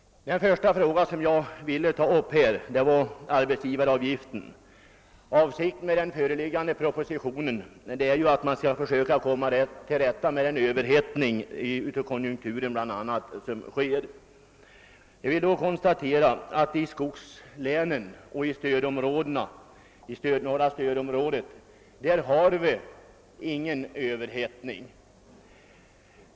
Den första fråga som jag vill ta upp gäller arbetsgivaravgiften. Avsikten med den föreliggande propositionen är bl.a. att försöka komma till rätta med överhettningen i konjunkturen. Jag vill då konstatera, att vi i skogslänen och i det norra stödområdet inte har någon Ööverhettning.